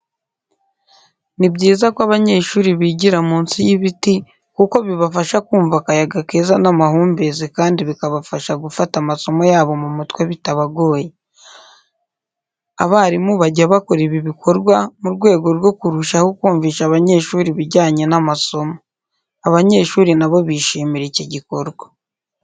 Ni byiza ko abanyeshuri bigira munsi y'ibiti kuko bibafasha kumva akayaga keza n'amahumbezi kandi bikabafasha gufata amasomo yabo mu mutwe bitabagoye. Abarimu bajya bakora ibi bikorwa mu rwego rwo kurushaho kumvisha abanyeshuri ibijyanye n'amasomo. Abanyeshuri na bo bishimira iki gikorwa.